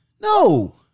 No